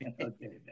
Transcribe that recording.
Okay